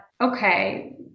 okay